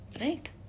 Right